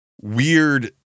weird